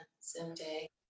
someday